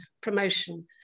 promotion